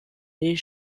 les